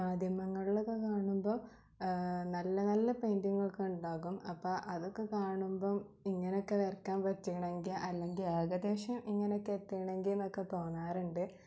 മാധ്യമങ്ങളിലൊക്കെ കാണുമ്പോൾ നല്ല നല്ല പെയ്ന്റിങ്ങ് ഒക്കെ ഉണ്ടാകും അപ്പം അതൊക്കെ കാണുമ്പം ഇങ്ങനെ ഒക്കെ വരയ്ക്കാൻ പറ്റിയിരുന്നെങ്കിൽ അല്ലെങ്കിൽ ഏകദേശം ഇങ്ങനെ ഒക്കെ എത്തിയിരുന്നെങ്കിൽ എന്നൊക്കെ തോന്നാറുണ്ട്